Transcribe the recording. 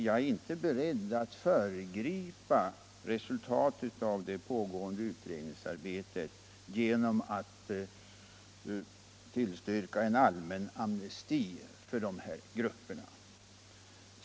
Jag är inte beredd att föregripa resultatet av det pågående utredningsarbetet genom att tillstyrka en allmän amnesti för de här grupperna.